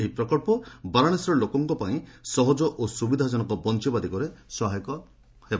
ଏହି ପ୍ରକଳ୍ପ ବାରାଣସୀର ଲୋକମାନଙ୍କପାଇଁ ସହଜ ଓ ସୁବିଧାଜନକ ବଞ୍ଚବା ଦିଗରେ ସହାୟତା କରିବ